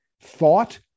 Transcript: thought